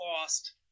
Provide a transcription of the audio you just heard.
lost